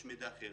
יש מידע אחר,